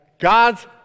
God's